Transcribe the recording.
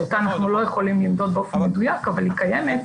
שאותה אנחנו לא יכולים למדוד באופן מדויק אבל היא קיימת.